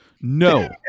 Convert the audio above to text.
no